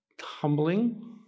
humbling